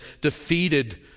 defeated